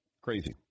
crazy